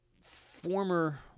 Former